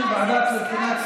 עוברת לוועדת הכנסת.